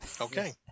Okay